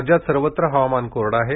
राज्यात सर्वत्र हवामान कोरडं आहे